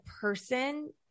person